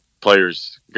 players